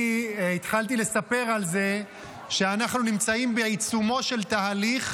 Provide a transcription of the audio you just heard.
אני התחלתי לספר על זה שאנחנו נמצאים בעיצומו של תהליך